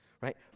Right